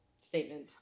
statement